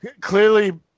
Clearly